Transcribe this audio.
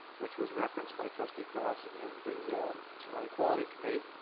which was referenced by trustee cross in the learning quality committee.